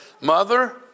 Mother